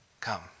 Come